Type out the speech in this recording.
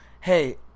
hey